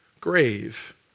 grave